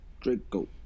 Draco